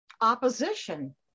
opposition